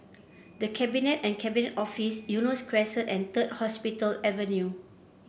The Cabinet and Cabinet Office Eunos Crescent and Third Hospital Avenue